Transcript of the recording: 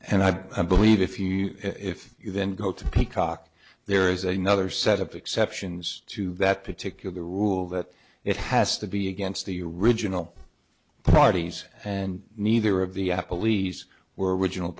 and i believe if you if you then go to peacock there is another set up exceptions to that particular rule that it has to be against the original parties and neither of the apple lease were original